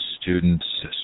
students